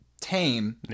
tame